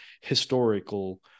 historical